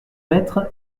maître